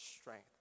strength